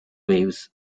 waves